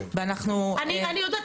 ואנחנו --- אני יודעת,